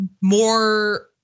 more